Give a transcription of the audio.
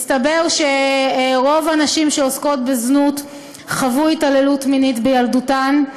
מסתבר שרוב הנשים שעוסקות בזנות חוו התעללות מינית בילדותן,